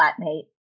flatmate